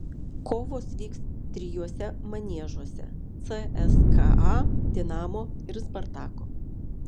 kovos vyks trijuose maniežuose cska dinamo ir spartako